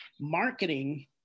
Marketing